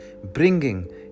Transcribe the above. bringing